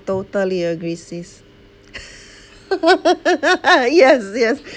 totally agree sis yes yes